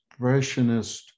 expressionist